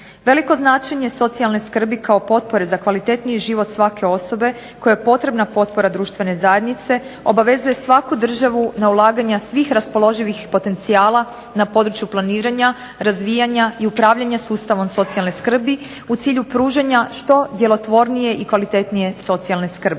Veliko značenje socijalne skrbi kao potpore za kvalitetniji život svake osobe kojoj je potrebna potpora društvene zajednice obavezuje svaku državu na ulaganja svih raspoloživih potencijala na području planiranja, razvijanja i upravljanja sustavom socijalne skrbi u cilju pružanja što djelotvornije i kvalitetnije socijalne skrbi.